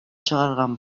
чыгарган